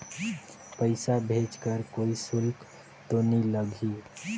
पइसा भेज कर कोई शुल्क तो नी लगही?